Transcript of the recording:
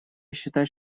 считать